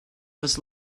was